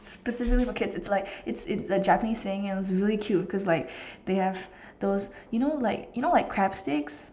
specifically for kids it's like it's it's a Japanese thing and it is really cute cause like they have those you know like you like crab sticks